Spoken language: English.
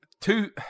two